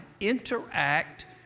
interact